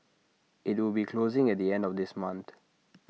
IT will be closing at the end of this month